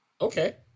okay